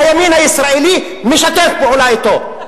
הימין הישראלי משתף פעולה אתו,